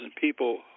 people